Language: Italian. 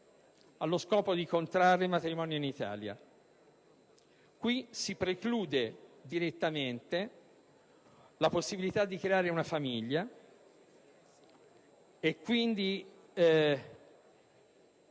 che chiede di contrarre matrimonio in Italia. Si preclude direttamente la possibilità di creare una famiglia e quindi